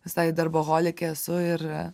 visai darboholikė esu ir